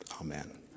Amen